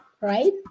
right